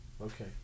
Okay